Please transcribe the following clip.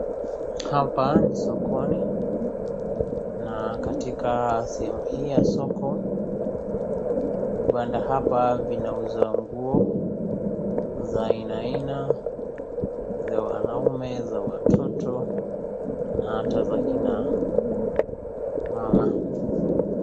Hapa ni sokoni, na katika sehemu hi ya soko, vibanda hapa vinauza nguo, za ainaaina, za wanaume, za watoto na hata za akina mama.